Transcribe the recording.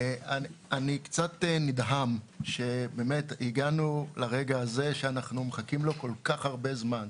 אני קצת נדהם שבאמת הגענו לרגע הזה שאנחנו מחכים לו כל כך הרבה זמן.